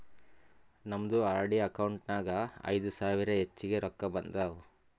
ನಮ್ದು RD account ನಾಗ್ ಐಯ್ದ ಸಾವಿರ ಹೆಚ್ಚಿಗೆ ರೊಕ್ಕಾ ಬಂದಾವ್